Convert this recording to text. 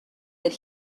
that